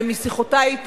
משיחותי אתו,